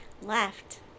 left